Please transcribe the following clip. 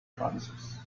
francis